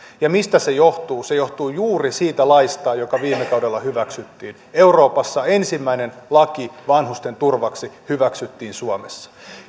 ja mistä se johtuu se johtuu juuri siitä laista joka viime kaudella hyväksyttiin euroopassa ensimmäinen laki vanhusten turvaksi hyväksyttiin suomessa